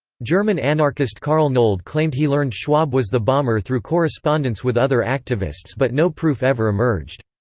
german anarchist carl nold claimed he learned schwab was the bomber through correspondence with other activists but no proof ever emerged.